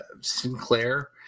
Sinclair